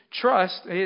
Trust